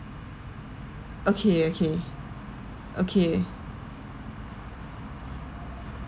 okay okay okay